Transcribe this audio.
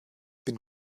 bin